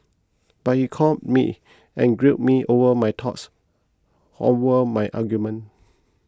but he called me and grilled me over my thoughts over my argument